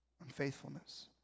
Unfaithfulness